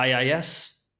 IIS